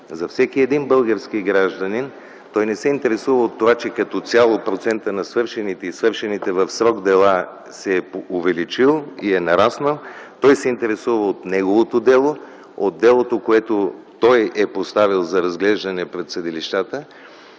– всеки един български гражданин, а той не се интересува от това, че като цяло процентът на свършените и свършените в срок дела се е увеличил и е нараснал, се интересува от неговото дело, от делото, което той е поставил за разглеждане пред съдилищата.